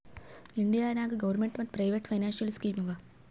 India ನಾಗ್ government ಮತ್ private financial scheme ಆವಾ